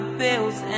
bills